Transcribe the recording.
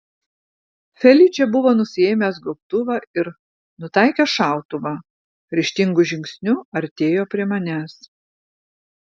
feličė buvo nusiėmęs gobtuvą ir nutaikęs šautuvą ryžtingu žingsniu artėjo prie manęs